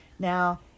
Now